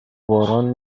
باران